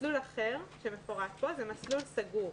מסלול אחר שמפורט פה הוא מסלול סגור.